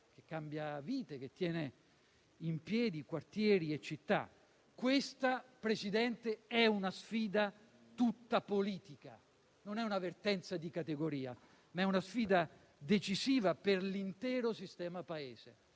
che cambia vite e che tiene in piedi quartieri e città. Questa, Presidente, è una sfida tutta politica; non è una vertenza di categoria, ma è una sfida decisiva per l'intero sistema Paese,